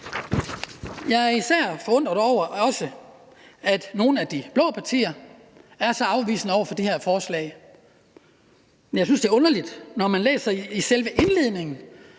Jeg er især også forundret over, at nogle af de blå partier er så afvisende over for det her forslag, og jeg synes, det er underligt, når man læser i selve indledningen